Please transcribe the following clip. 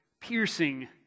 piercing